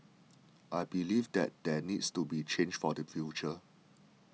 I believe that there needs to be change for the future